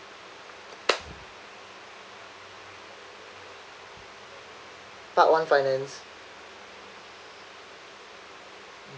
part one finance